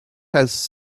has